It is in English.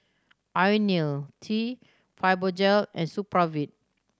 Ionil T Fibogel and Supravit